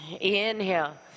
inhale